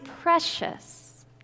precious